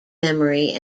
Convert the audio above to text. memory